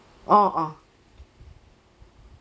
orh orh